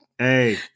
Hey